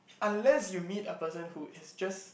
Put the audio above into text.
unless you meet a person who is just